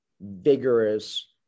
vigorous